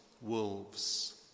wolves